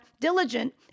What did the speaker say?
diligent